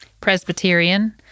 Presbyterian